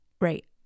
right